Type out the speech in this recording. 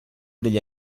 degli